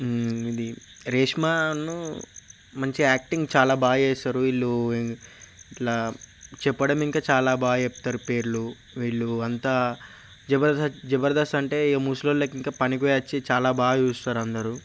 ఇది రేష్మా ఉన్నూ మంచి యాక్టింగ్ చాలా బాగా చేస్తారు వీళ్ళు ఇలా చెప్పడం ఇంకా చాలా బాగా చెప్తారు పేర్లు వీళ్ళు అంతా జబర్దస్త్ జబర్దస్త్ అంటే ముసలోళ్ళకి ఇంకా పనికి పోయొచ్చి చాలా బాగా చూస్తారు అందరు